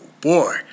boy